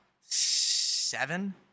Seven